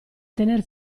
tener